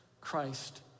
Christ